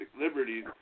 liberties